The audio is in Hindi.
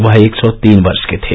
वह एक सौ तीन वर्ष के थे